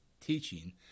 teaching